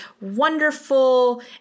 wonderful